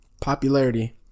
Popularity